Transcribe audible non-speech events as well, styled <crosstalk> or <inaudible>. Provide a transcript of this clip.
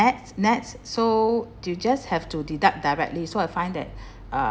NETS NETS so you just have to deduct directly so I find that <breath> uh